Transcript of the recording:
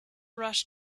rush